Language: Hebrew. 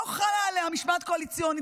לא חלה עליה משמעת קואליציונית,